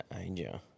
aging